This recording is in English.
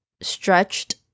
stretched